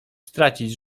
stracić